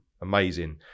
amazing